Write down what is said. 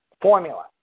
formula